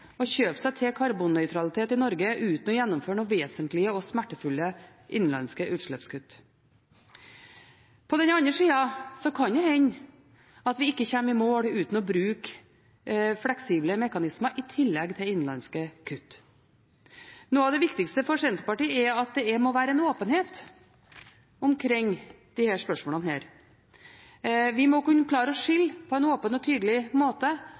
å kjøpe seg karbonnøytralitet i Norge – uten å gjennomføre noen vesentlige og smertefulle innenlandske utslippskutt. På den andre siden kan det hende at vi ikke kommer i mål uten å bruke fleksible mekanismer, i tillegg til innenlandske kutt. Noe av det viktigste for Senterpartiet er at det må være åpenhet omkring disse spørsmålene. Vi må på en åpen og tydelig måte kunne klare å skille mellom både det som en